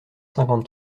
cinquante